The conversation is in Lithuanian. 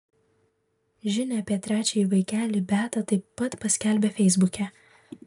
žinią apie trečiąjį vaikelį beata taip pat paskelbė feisbuke